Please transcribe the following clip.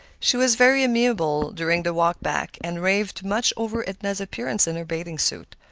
she was very amiable during the walk back, and raved much over edna's appearance in her bathing suit.